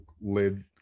lid